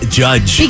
judge